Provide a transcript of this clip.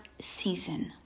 season